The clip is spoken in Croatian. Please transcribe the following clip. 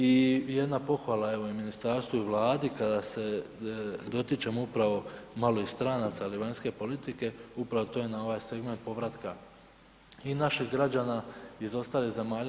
I jedna pohvala evo i ministarstvu i Vladi kada se dotičemo upravo malo i stranaca, ali i vanjske politike, upravo to je na ovaj segment povratka i naših građana iz ostalih zemalja.